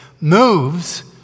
moves